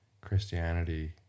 Christianity